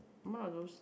one of those